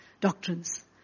doctrines